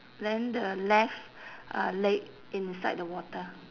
then the left uh leg inside the water